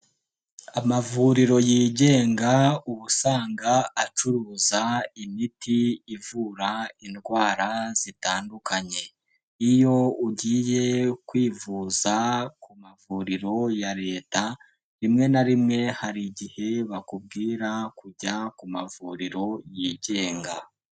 Amavuriro yigenga, uba usanga acuruza imiti ivura indwara zitandukanye. Iyo ugiye kwivuza ku mavuriro ya Leta, rimwe na rimwe hari igihe bakubwira kujya ku mavuriro yigenga.